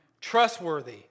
trustworthy